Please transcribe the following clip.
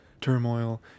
turmoil